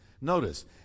Notice